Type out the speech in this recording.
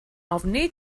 ofni